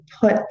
put